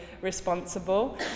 responsible